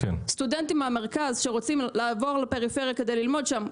סטודנטים מהמרכז שרוצים לעבור לפריפריה כדי ללמוד שם,